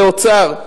לשרי אוצר,